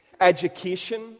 Education